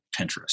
Pinterest